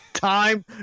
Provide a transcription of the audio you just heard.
time